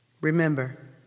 Remember